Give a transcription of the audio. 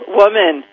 woman